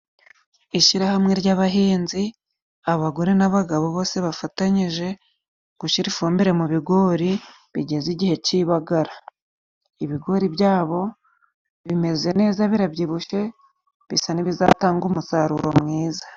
Ishyirahamwe ry'abahinzi, abagore n'abagabo bose bafatanyije gushyira ifumbire mu bigori bigeze igihe k'ibagara, ibigori byabo bimeze neza birabyibushye bisa n'ibizatanga umusaruro mwiza.